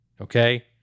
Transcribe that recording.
okay